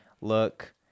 look